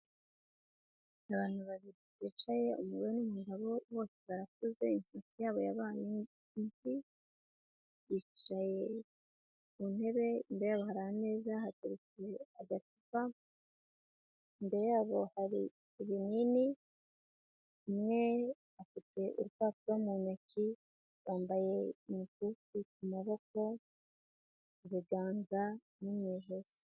Abantu babiri bicaye umugore n,umugabo bose barakuze imisatsi yabo yabaye imvi yicaye ku ntebe imbere yabo harimeza hateretse agacupa imbere yabo hari ibinini umwe afite urupapuro mu ntoki rwambaye imikufi kumaboko muruganza ru mu ijosi.